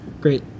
great